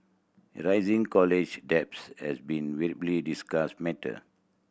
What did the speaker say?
rising college debt has been widely discussed matter